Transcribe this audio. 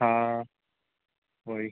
हाँ वही